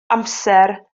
amser